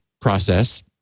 process